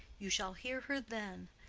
you shall hear her then.